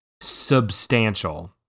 substantial